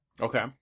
Okay